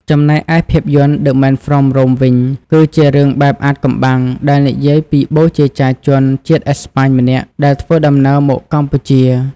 ចំណែកឯភាពយន្ត "The Man from Rome" វិញ គឺជារឿងបែបអាថ៌កំបាំងដែលនិយាយពីបូជាចារ្យជនជាតិអេស្ប៉ាញម្នាក់ដែលធ្វើដំណើរមកកម្ពុជា។